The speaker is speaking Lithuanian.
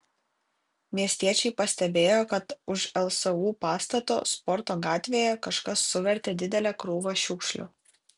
miestiečiai pastebėjo kad už lsu pastato sporto gatvėje kažkas suvertė didelę krūvą šiukšlių